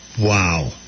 Wow